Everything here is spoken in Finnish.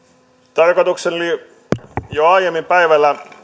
tarkoitukseni oli jo aiemmin päivällä